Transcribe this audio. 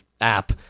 app